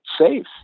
safe